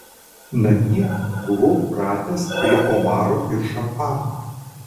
namie buvau pratęs prie omarų ir šampano